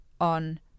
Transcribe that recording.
on